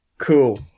cool